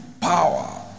power